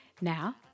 Now